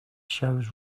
shows